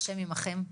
השם עמכם,